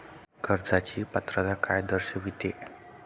कर्जाची पात्रता काय दर्शविते?